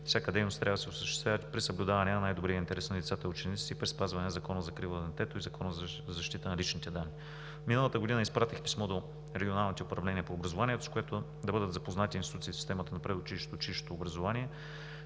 всяка дейност трябва да се осъществява при съблюдаване на най-добрия интерес на децата и учениците, и при спазване на Закона за закрила на детето и Закона за защита на личните данни. Миналата година изпратих писмо до регионалните управления по образование, с което да бъдат запознати институциите в системата на предучилищното и